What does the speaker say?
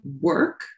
work